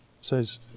says